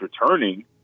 returning